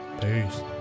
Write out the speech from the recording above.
Peace